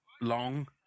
long